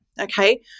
okay